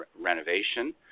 renovation